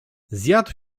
zjadł